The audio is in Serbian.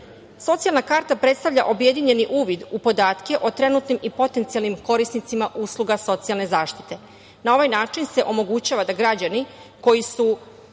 zaštite. Socijalna karta predstavlja objedinjeni uvid u podatke o trenutnim i potencijalnim korisnicima usluga socijalne zaštite. Na ovaj način se omogućava da građani koji su